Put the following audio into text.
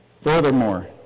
Furthermore